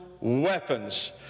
weapons